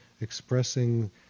expressing